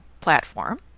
platform